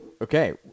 Okay